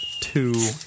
two